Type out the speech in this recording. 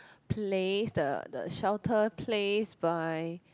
place the the shelter place by